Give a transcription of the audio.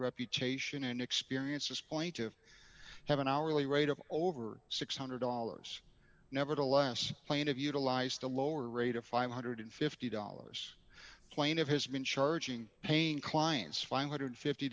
reputation and experience does point to have an hourly rate of over six hundred dollars nevertheless plane of utilized a lower rate of five hundred and fifty dollars plane of has been charging paying clients five hundred and fifty